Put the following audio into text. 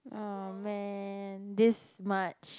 ah man this much